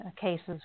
cases